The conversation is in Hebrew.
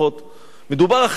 מדובר אחרי חטא העגל.